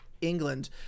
England